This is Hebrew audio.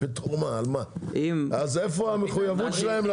איפה המחויבות שלהם?